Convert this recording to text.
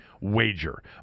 wager